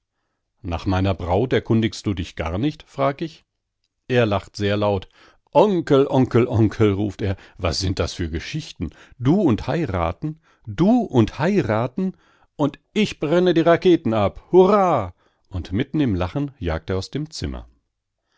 nach meiner braut erkundigst du dich gar nicht frag ich er lacht sehr laut onkel onkel onkel ruft er was sind das für geschichten du und heiraten du und heiraten und ich brenne die raketen ab hurra und mitten im lachen jagt er aus dem zimmer